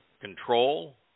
control